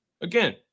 again